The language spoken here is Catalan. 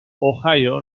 ohio